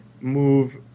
move